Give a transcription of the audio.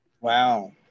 Wow